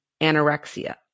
anorexia